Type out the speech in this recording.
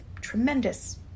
tremendous